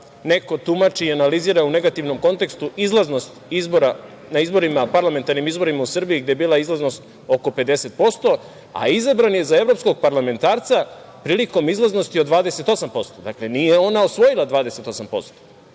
neko tumači i analizira u negativnom kontekstu izlaznost izbora na parlamentarnim izborima u Srbiji, gde je bila izlaznost oko 50%, a izabran je za evropskog parlamentarca prilikom izlaznosti od 28%. Dakle, nije ona osvojila 28%,